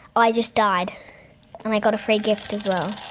i just died and i got a free gift as well.